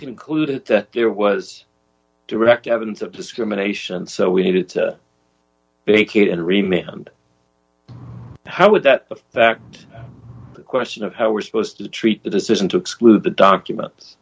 concluded that there was direct evidence of discrimination so we needed to take it and remained how would that affect the question of how we're supposed to treat the decision to exclude the documents